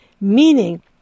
Meaning